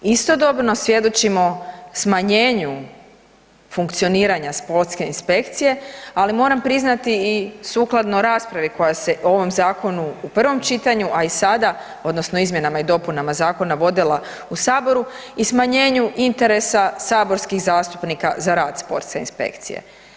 Istodobno svjedočimo smanjenju funkcioniranja sportske inspekcije, ali moram priznati i sukladno raspravi koja se o ovom zakonu u prvom čitanju, a i sada odnosno izmjenama i dopunama zakona vodila u saboru i smanjenju interesa saborskih zastupnika za rad sportske inspekcije.